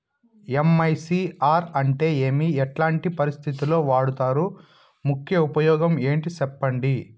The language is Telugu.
ఎమ్.ఐ.సి.ఆర్ అంటే ఏమి? ఎట్లాంటి పరిస్థితుల్లో వాడుతారు? ముఖ్య ఉపయోగం ఏంటి సెప్పండి?